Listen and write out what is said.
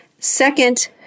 Second